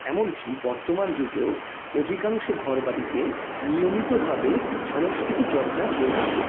এমনকি বর্তমান যুগেও অধিকাংশ ঘরবাড়িতে নিয়মিতভাবে সংস্কৃতি চর্চা হয়ে থাকে